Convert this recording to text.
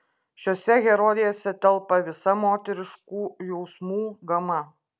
šiose herojėse telpa visa moteriškų jausmų gama